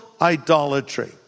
idolatry